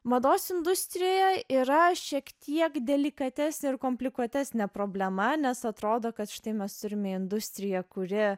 mados industrijoje yra šiek tiek delikatesnė ir komplikuotesnė problema nes atrodo kad štai mes turim industriją kuri